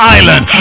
Island